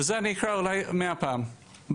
זה אני אקרא אולי מאה פעם בלילה,